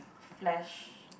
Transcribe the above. flesh